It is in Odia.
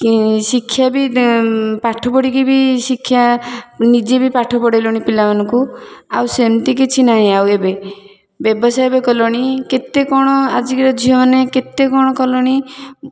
କି ଶିକ୍ଷା ବି ପାଠ ପଢ଼ିକି ବି ଶିକ୍ଷା ନିଜେ ବି ପାଠ ପଢ଼େଇଲେଣି ପିଲାମାନଙ୍କୁ ଆଉ ସେମିତି କିଛି ନାଇଁ ଆଉ ଏବେ ବ୍ୟବସାୟ ବି କଲେଣି କେତେ କ'ଣ ଆଜିକାର ଝିଅମାନେ କେତେ କ'ଣ କଲେଣି